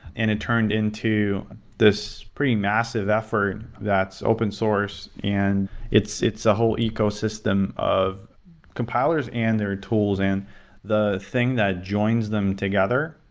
and it turned into this pretty massive effort that's open-source and it's it's a whole ecosystem of compilers and their tools and the thing that joins them together,